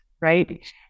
right